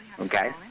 Okay